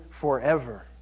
forever